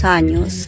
años